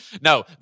no